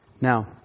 Now